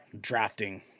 drafting